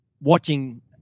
watching